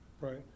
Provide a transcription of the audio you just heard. Right